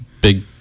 big